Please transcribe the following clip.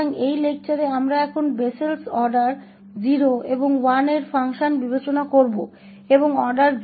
तो इस व्याख्यान में हम अब बेसेल के क्रम 0 और 1 के कार्य पर विचार करेंगे